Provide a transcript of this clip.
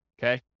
Okay